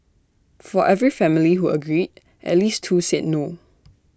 for every family who agreed at least two said no